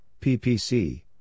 PPC